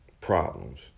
problems